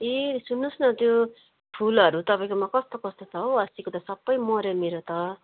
ए सुन्नु होस् न त्यो फुलहरू तपाईँकोमा कस्तो कस्तो छ हो अस्तिको त सबै मर्यो मेरो त